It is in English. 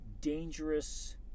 dangerous